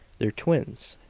they're twins,